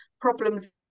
problems